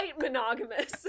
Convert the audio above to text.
monogamous